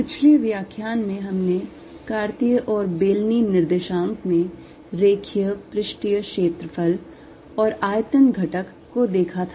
पिछले व्याख्यान में हमने कार्तीय और बेलनी निर्देशांक में रेखीय पृष्ठीय क्षेत्रफल और आयतन घटक को देखा था